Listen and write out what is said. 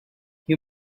you